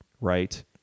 right